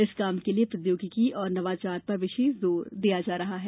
इस काम के लिए प्रौद्योगिकी और नवाचार पर विशेष जोर दिया जा रहा है